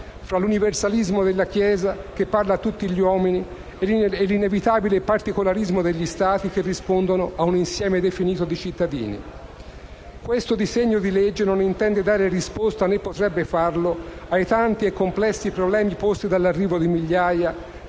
fra l'universalismo della Chiesa, che parla a tutti gli uomini, e l'inevitabile particolarismo degli Stati, che rispondono ad un insieme definito di cittadini. Questo disegno di legge non intende dare risposta, né potrebbe farlo, ai tanti e complessi problemi posti dall'arrivo di migliaia